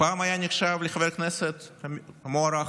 פעם היה נחשב לחבר כנסת מוערך.